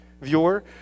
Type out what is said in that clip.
viewer